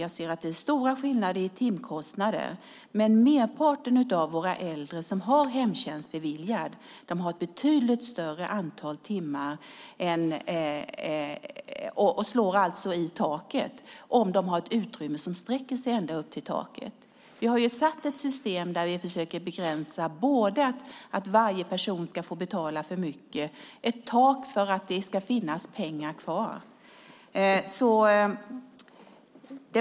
Jag ser att det finns stora skillnader i timkostnader, men merparten av våra äldre som har hemtjänst beviljad har ett betydligt större antal timmar och slår i taket om de har ett utrymme som sträcker sig ända upp till taket. Vi har alltså ett system där vi försöker begränsa så att ingen ska behöva betala för mycket - ett tak för att det ska finnas pengar kvar.